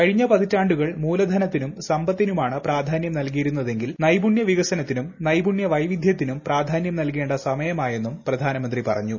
കഴിഞ്ഞ പതിറ്റാണ്ടുകൾ മൂലധനത്തിനും സാമ്പത്തിനുമാണ് പ്രാധാന്യം നല്കിയിരുന്നതെങ്കിൽ നൈപുണ്യ വികസനത്തിനും നൈപുണ്യ വൈവിധ്യത്തിനും പ്രാധാന്യം നൽകേ സമയമായെന്നും പ്രധാനമന്ത്രി പറഞ്ഞു